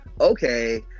okay